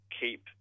keep